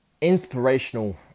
inspirational